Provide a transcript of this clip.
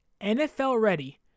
NFL-ready